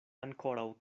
ankoraŭ